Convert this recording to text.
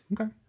Okay